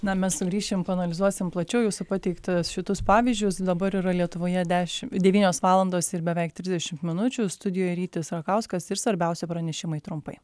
na mes sugrįšim paanalizuosim plačiau jūsų pateiktus šitus pavyzdžius dabar yra lietuvoje dešim devynios valandos ir beveik trisdešim minučių studijoj rytis rakauskas ir svarbiausi pranešimai trumpai